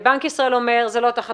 בנק ישראל אומר שזה לא תחת